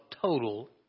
total